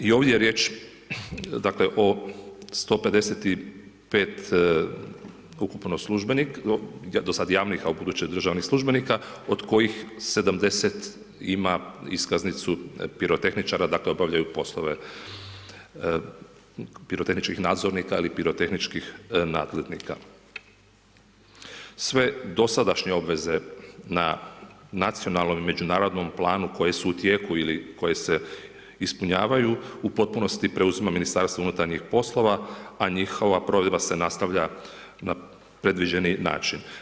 I ovdje je riječ o 155 ukupno, do sada javnih a ubuduće državnih službenika od kojih 70 ima iskaznicu pirotehničara, dakle, obavljaju poslove pirotehničkih nadzornika ili pirotehničkih … Sve dosadašnje obveze na nacionalnom i međunarodnom planu koje su u tijeku ili koje se ispunjavaju u potpunosti preuzima Ministarstvo unutarnjih poslova a njihova provedba se nastavlja na predviđeni način.